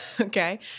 okay